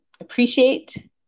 appreciate